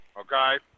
okay